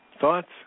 thoughts